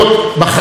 במים,